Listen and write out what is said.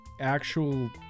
actual